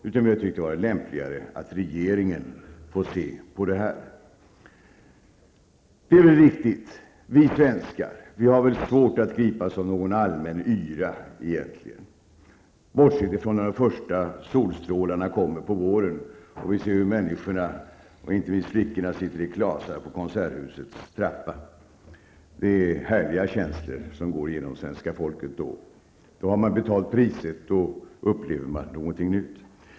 Vi tycker att det är lämpligare att regeringen får se över den här frågan. Det är väl riktigt att vi svenskar har svårt att gripas av någon allmän yra, bortsett från när de första solstrålarna kommer på våren och vi ser hur människorna, framför allt flickorna, sitter i klasar på Konserthusets trappa. Det är då härliga känslor som går igenom svenska folket. Man har betalt priset, och man upplever något nytt.